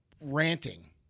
ranting